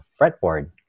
fretboard